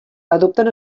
adopten